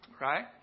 Right